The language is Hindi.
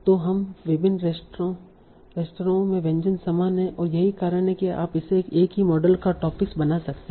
तो अब विभिन्न रेस्तरांओं में व्यंजन समान हैं और यही कारण है कि आप इसे एक ही मॉडल का टॉपिक्स बना सकते हैं